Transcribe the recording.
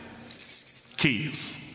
keys